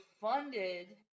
funded